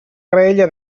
graella